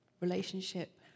relationship